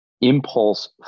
impulse